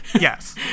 Yes